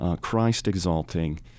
Christ-exalting